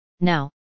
Now